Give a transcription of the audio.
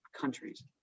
countries